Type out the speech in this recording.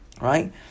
Right